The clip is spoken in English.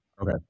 Okay